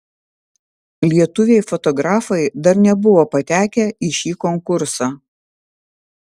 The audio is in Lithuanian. lietuviai fotografai dar nebuvo patekę į šį konkursą